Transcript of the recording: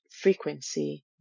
frequency